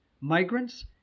migrants